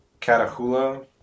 Catahoula